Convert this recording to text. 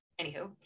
anywho